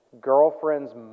girlfriend's